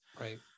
Right